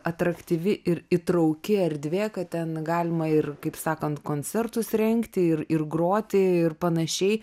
atraktyvi ir įtrauki erdvė kad ten galima ir kaip sakant koncertus rengti ir ir groti ir panašiai